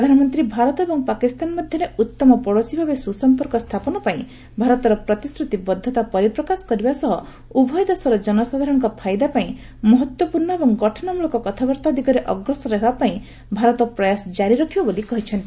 ପ୍ରଧାନମନ୍ତ୍ରୀ ଭାରତ ଏବଂ ପାକିସ୍ତାନ ମଧ୍ୟରେ ଉତ୍ତମ ପଡୋଶୀଭାବେ ସୁସମ୍ପର୍କ ସ୍ଥାପନ ପାଇଁ ଭାରତର ପ୍ରତିଶ୍ରତିବଦ୍ଧତା ପରିପ୍ରକାଶ କରିବା ସହ ଉଭୟ ଦେଶର ଜନସାଧାରଣ ଫାଇଦା ପାଇଁ ମହତ୍ୱପୂର୍ଷ ଏବଂ ଗଠନମଳକ କଥାବାର୍ତ୍ତା ଦିଗରେ ଅଗ୍ରସର ହେବା ପାଇଁ ଭାରତ ପ୍ରୟାସ ଜାରି ରଖିବ ବୋଲି କହିଛନ୍ତି